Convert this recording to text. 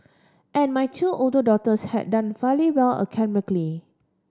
and my two older daughters had done fairly well academically